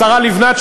השרה לבנת,